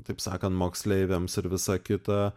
taip sakant moksleiviams ir visa kita